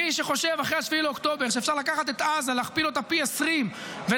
מי שחושב שאחרי 7 באוקטובר אפשר לקחת את עזה ולהכפיל אותה פי 20 ולשים